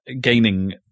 gaining